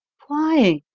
why,